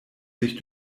sich